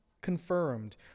confirmed